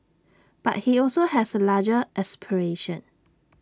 but he also has A larger aspiration